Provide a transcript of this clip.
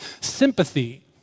sympathy